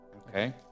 Okay